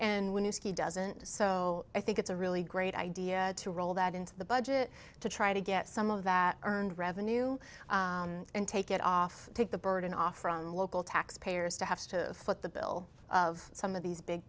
and when you ski doesn't so i think it's a really great idea to roll that into the budget to try to get some of that earned revenue and take it off take the burden off from local taxpayers to have to foot the bill of some of these big